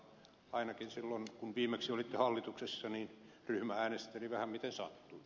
ainakin silloin kun viimeksi olitte hallituksessa ryhmä äänesteli vähän miten sattuu